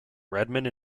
redmond